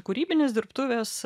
kūrybinės dirbtuvės